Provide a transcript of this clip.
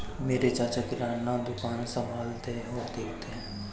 मेरे चाचा किराना दुकान संभालते और देखते हैं